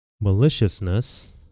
maliciousness